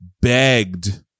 begged